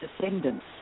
descendants